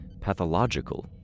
pathological